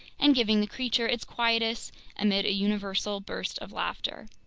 and giving the creature its quietus amid a universal burst of laughter.